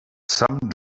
some